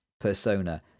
persona